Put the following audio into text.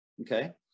Okay